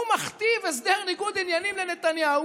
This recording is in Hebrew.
הוא מכתיב הסדר ניגוד עניינים לנתניהו,